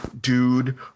dude